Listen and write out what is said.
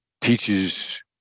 teaches